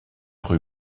rue